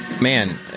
Man